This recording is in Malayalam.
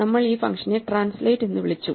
നമ്മൾ ഈ ഫങ്ഷനെ ട്രാൻസ്ലേറ്റ് എന്ന് വിളിച്ചു